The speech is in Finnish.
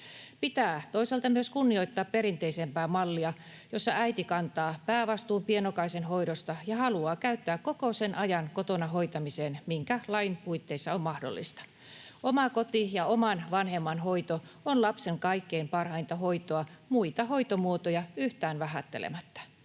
Pitää toisaalta myös kunnioittaa perinteisempää mallia, jossa äiti kantaa päävastuun pienokaisen hoidosta ja haluaa käyttää kotona hoitamiseen koko sen ajan, mikä lain puitteissa on mahdollista. Oma koti ja oman vanhemman hoito ovat lapsen kaikkein parhainta hoitoa muita hoitomuotoja yhtään vähättelemättä.